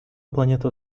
планета